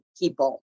people